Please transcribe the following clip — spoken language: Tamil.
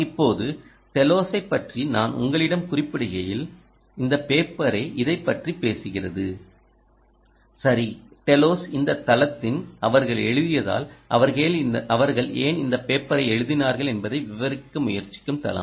இப்போது டெலோஸைப் பற்றி நான் உங்களிடம் குறிப்பிடுகையில் இந்த பேப்பரே இதைப் பற்றி பேசுகிறது சரி டெலோஸ் இந்த தளத்தின் அவர்கள் எழுதியதால் அவர்கள் ஏன் இந்த பேப்பரை எழுதினார்கள் என்பதை விவரிக்க முயற்சிக்கும் தளம்